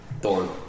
Thorn